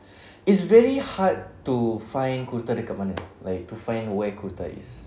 it's very hard to find kurta dekat mana like to find where kurta is